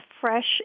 fresh